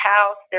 House